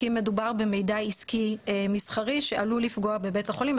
כי מדובר במידע עסקי-מסחרי שעלול לפגוע בבית החולים.